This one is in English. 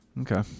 Okay